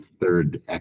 third